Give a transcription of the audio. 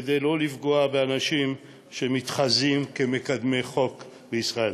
כדי לא לפגוע באנשים שמתחזים למקדמי חוק בישראל.